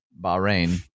Bahrain